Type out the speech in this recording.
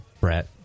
Brett